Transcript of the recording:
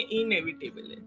inevitable